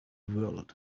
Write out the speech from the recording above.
world